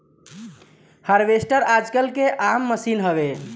harvester आजकल के आम मसीन हवे